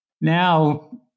now